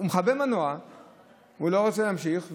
הוא מכבה מנוע ולא רוצה להמשיך,